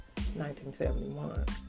1971